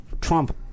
Trump